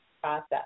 process